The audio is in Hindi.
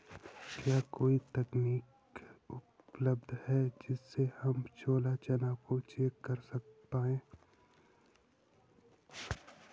क्या कोई तकनीक उपलब्ध है जिससे हम छोला चना को चेक कर पाए?